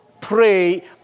pray